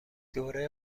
دوره